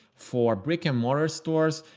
for brick and mortar stores,